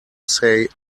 say